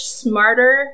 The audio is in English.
smarter